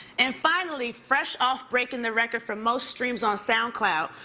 and finally, fresh off breaking the record for most streams on soundcloud,